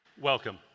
Welcome